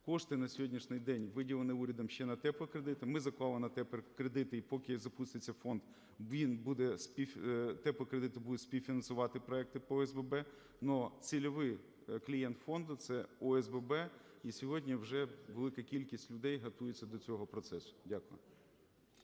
Кошти на сьогоднішній день виділені урядом ще на теплокредити. Ми заклали на теплокредити, і поки запуститься фонд, теплокредити будуть співфінансувати проекти по ОСББ. Ну цільовий клієнт фонду – це ОСББ, і сьогодні вже велика кількість людей готується до цього процесу. Дякую.